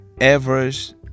average